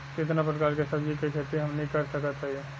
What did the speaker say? कितना प्रकार के सब्जी के खेती हमनी कर सकत हई?